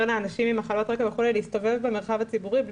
לאנשים עם מחלות רקע להסתובב במרחב הציבורי.